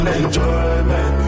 enjoyment